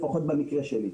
לפחות במקרה שלי.